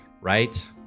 right